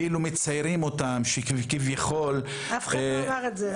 כאילו מציירים אותם שכביכול --- אף אחד לא אמר את זה.